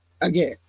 again